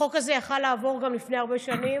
החוק הזה יכול היה לעבור גם לפני הרבה שנים,